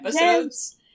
episodes